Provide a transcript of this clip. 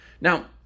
Now